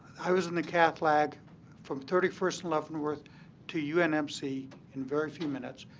i was in the cath lab from thirty first and leavenworth to unmc in very few minutes.